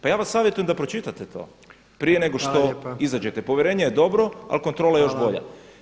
Pa ja vas savjetujem da pročitate to prije nego što izađete [[Upadica Jandroković: Hvala lijepa.]] Povjerenje je dobro, ali kontrola još bolja.